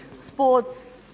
sports